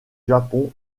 japon